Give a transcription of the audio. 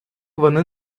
вони